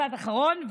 משפט אחרון.